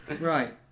Right